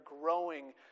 growing